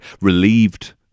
relieved